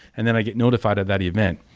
and then i get notified of that event.